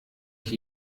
ich